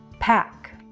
pack.